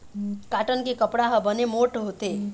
cotton के कपड़ा ह बने मोठ्ठ होथे